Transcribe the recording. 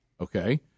okay